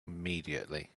immediately